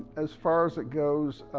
as far as it goes,